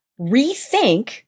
rethink